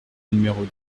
numéros